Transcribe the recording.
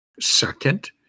Second